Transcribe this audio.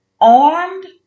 armed